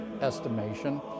estimation